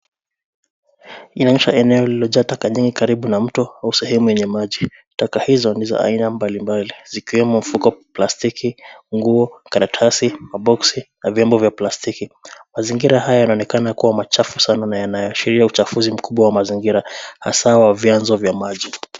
Inaonyesha eneo lililojaa taka nyingi karibu na mto au sehemu yenye maji, taka hizo ni za aina mbalimbali, zikiwemo mfuko wa plastiki, nguo, karatasi, maboxi na vyombo vya plastiki, mazingira haya yanaonekana kuwa machafu sana na yanayoashiria uchafuzi mkubwa wa mazingira, hasaa wa vyanzo vya maji.